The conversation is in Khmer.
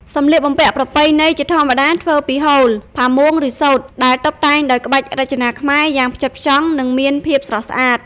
សម្លៀកបំពាក់ប្រពៃណីជាធម្មតាធ្វើពីហូល ផាមួង ឬសូត្រដែលតុបតែងដោយក្បាច់រចនាខ្មែរយ៉ាងផ្ចិតផ្ចង់នឹងមានភាពស្រស់ស្អាត ។